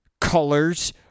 colors